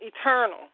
eternal